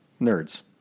nerds